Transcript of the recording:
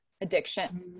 addiction